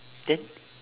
then